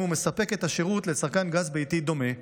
הוא מספק את השירות לצרכן גז ביתי דומה,